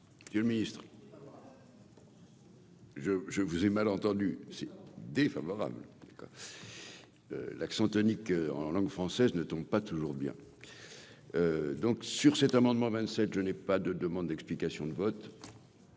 amendement. Le ministre. Je je vous ai mal entendu si défavorable, l'accent tonique en langue française ne tombe pas toujours bien donc sur cet amendement vingt-sept je n'ai pas de demande d'explications de vote,